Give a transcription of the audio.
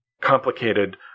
complicated